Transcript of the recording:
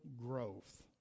growth